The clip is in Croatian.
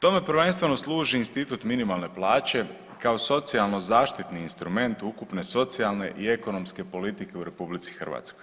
Tome prvenstveno služi institut minimalne plaće kao socijalno zaštitni instrument ukupne socijalne i ekonomske politike u RH.